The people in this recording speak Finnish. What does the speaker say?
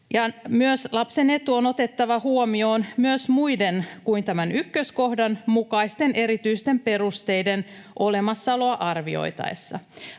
Lapsen etu on otettava huomioon myös muiden kuin tämän ykköskohdan mukaisten erityisten perusteiden olemassaoloa arvioitaessa.